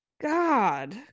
god